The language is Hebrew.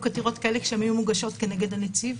עתירות כאלה כשאמיר מוגשות כנגד הנציב,